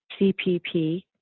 cpp